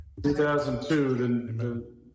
2002